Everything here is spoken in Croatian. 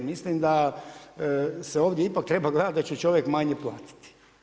Mislim da se ovdje ipak treba gledati da će čovjek manje platiti.